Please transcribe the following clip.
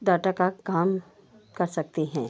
data का काम कर सकते हैं